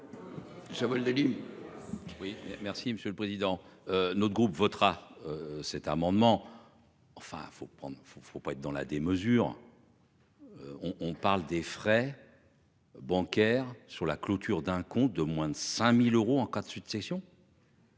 Merci, monsieur le Président notre groupe votera cet amendement. Enfin faut prendre, faut, faut pas être dans la démesure. On on parle des frais. Bancaires sur la clôture d'un compte de moins de 5000 euros en cas de succession.